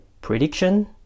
prediction